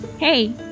Hey